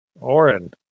Oren